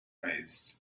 eyes